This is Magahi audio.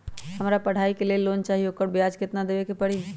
हमरा पढ़ाई के लेल लोन चाहि, ओकर ब्याज केतना दबे के परी?